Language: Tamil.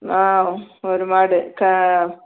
ஆ ஒரு மாடு கா